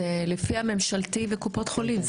זה לפי הממשלתי וקופות חולים.